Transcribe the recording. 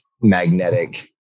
magnetic